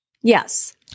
Yes